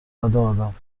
آدم